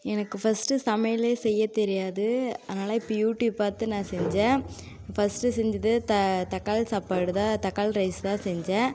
எனக்கு ஃபஸ்ட்டு சமையல் செய்ய தெரியாது அதனால இப்போ யூடியூப் பார்த்து நான் செஞ்சேன் ஃபஸ்ட்டு செஞ்சது தக்காளி சாப்பாடு தான் தக்காளி ரைஸ் தான் செஞ்சேன்